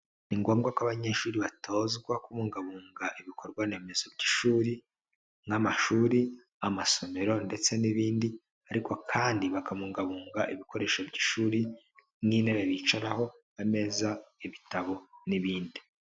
Ni ngombwa ko abanyeshuri batozwa kubungabunga ibikorwa remezo by'ishuri nk'amashuri, amasomero ndetse n'ibindi ariko kandi bakabungabunga ibikoresho by'ishuri nk'intebe bicaraho, ameza, ibitabo n'ibindi.